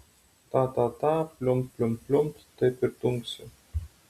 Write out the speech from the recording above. ta ta ta pliumpt pliumpt pliumpt taip ir dunksi